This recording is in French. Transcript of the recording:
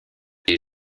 est